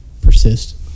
persist